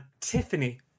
Tiffany